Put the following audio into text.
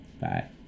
bye